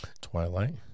Twilight